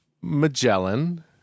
Magellan